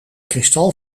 kristal